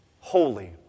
holy